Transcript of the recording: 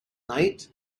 night